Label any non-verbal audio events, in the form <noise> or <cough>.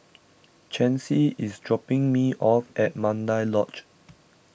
Chancy is dropping me off at Mandai Lodge <noise>